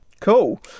Cool